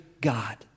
God